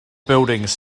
buildings